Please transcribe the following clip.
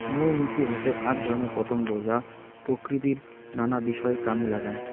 মৌ মুচি হসে আক ধরণের পতঙ্গ যা প্রকৃতির নানা বিষয় কামে লাগাঙ